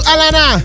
Alana